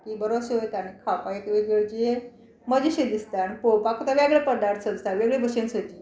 की बरो शेव येता आनी खावपाक एक वेगळीशी मजाशी दिसता आनी पळोवपाक तो वेगळो पदार्थ सो दिसता वेगळे भशेन सोजी